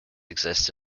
exist